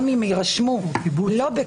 אתה רושם אחד והם לא מוצאים.